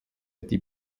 die